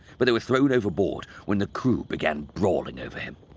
but they were thrown overboard when the crew began brawling over him.